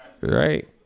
Right